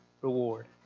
reward